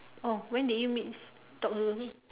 oh when did you meet talk to her